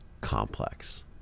complex